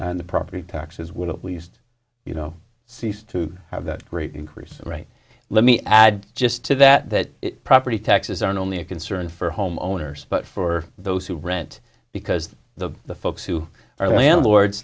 the property taxes would at least you know cease to have that great increase let me add just to that that property taxes aren't only a concern for homeowners but for those who rent because the the folks who are landlords